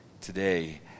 Today